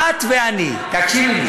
את ואני, תקשיבי: